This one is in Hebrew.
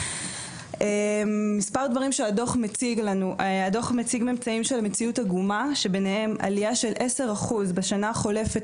הדו"ח מציג ממצאים של מציאות עגומה: עלייה של עשרה אחוז בשנה החולפת